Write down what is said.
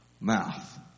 mouth